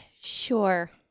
Sure